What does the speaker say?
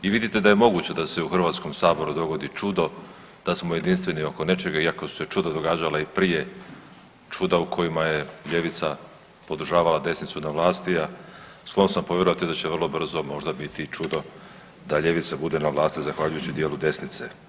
I vidite da je moguće da se u Hrvatskom saboru dogodi čudo, da smo jedinstveni oko nečega, iako su se čuda događala i prije čuda u kojima je ljevica podržavala desnicu na vlasti, a sklon sam povjerovati da će vrlo brzo možda biti i čudo da ljevica bude na vlasti zahvaljujući djelu desnice.